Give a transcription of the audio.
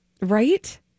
Right